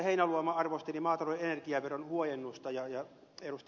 heinäluoma arvosteli maatalouden energiaveron huojennusta ja ed